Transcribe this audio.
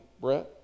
brett